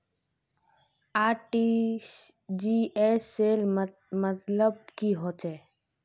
RTGS सेल मतलब की होचए?